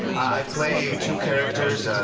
i play two characters,